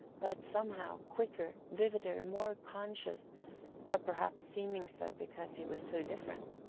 but somehow, quicker, vivider, more conscious or perhaps seeming so because he was so different.